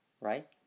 right